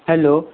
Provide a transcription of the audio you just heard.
hello